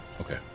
okay